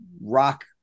Rock